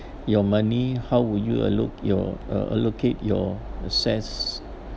your money how will you allo~ your uh allocate your assets